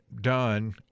done